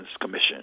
Commission